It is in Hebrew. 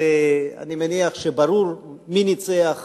אבל אני מניח שברור מי ניצח